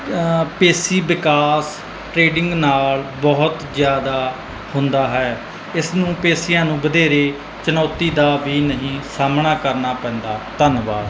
ਪੇਸ਼ੀ ਵਿਕਾਸ ਟਰੇਡਿੰਗ ਨਾਲ ਬਹੁਤ ਜ਼ਿਆਦਾ ਹੁੰਦਾ ਹੈ ਇਸ ਨੂੰ ਪੇਸ਼ੀਆਂ ਨੂੰ ਵਧੇਰੇ ਚੁਣੌਤੀ ਦਾ ਵੀ ਨਹੀਂ ਸਾਹਮਣਾ ਕਰਨਾ ਪੈਂਦਾ ਧੰਨਵਾਦ